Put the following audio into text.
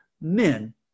men